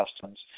customs